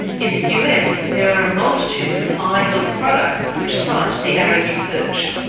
in the us, there are a multitude of eye health products which cite the areds research.